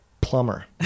plumber